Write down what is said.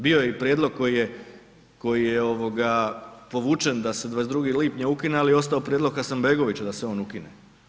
Bio je i prijedlog koji je povučen da se 22. lipnja ukine, ali je ostao prijedlog Hasanbegovića da se on ukine.